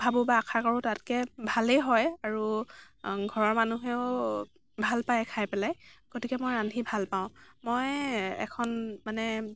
ভাবোঁ বা আশা কৰো তাতকৈ ভালেই হয় আৰু ঘৰৰ মানুহেও ভাল পাই খাই পেলাই গতিকে মই ৰান্ধি ভাল পাওঁ মই এখন মানে